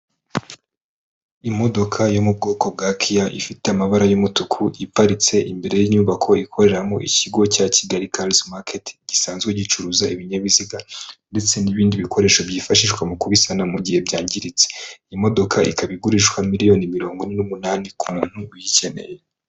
Imodoka yo mu bwoko bwa kiya, ifite amabara y'umutuku, iparitse imbere y'inyubako ikoreramo ikigo cya Kigali karizi maketi, gisanzwe gicuruza ibinyabiziga, ndetse n'ibindi bikoresho byifashishwa mu kubisana mu gihe byangiritse, imodoka ikaba igurishwa miliyoni mirongo inani ku muntu uyikeneye.